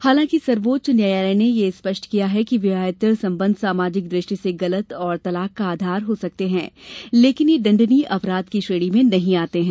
हालांकि सर्वोच्च न्यायालय ने यह स्पष्ट किया कि विवाहेत्तर संबंध सामाजिक दृष्टि से गलत और तलाक का आधार हो सकते हैं लेकिन यह दण्डनीय अपराध की श्रेणी में नहीं आते हैं